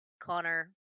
Connor